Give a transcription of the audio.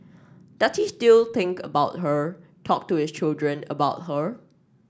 does he still think about her talk to his children about her